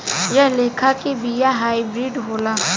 एह लेखा के बिया हाईब्रिड होला